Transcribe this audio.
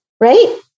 Right